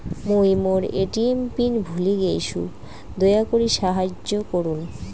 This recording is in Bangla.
মুই মোর এ.টি.এম পিন ভুলে গেইসু, দয়া করি সাহাইয্য করুন